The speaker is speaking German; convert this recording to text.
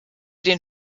den